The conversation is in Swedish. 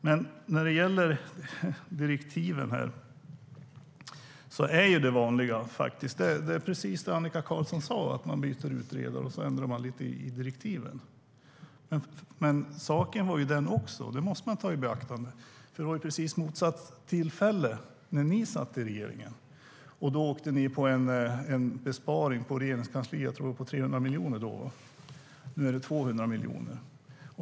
När det gäller direktiv är det vanliga, precis som Annika Qarlsson sa, att man byter utredare och ändrar lite i direktiven. Men något som man måste ta i beaktande var att det var precis motsatt tillfälle när ni satt i regeringen. Då åkte ni på en besparing på Regeringskansliet på 300 miljoner, tror jag. Nu är det 200 miljoner.